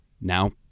Now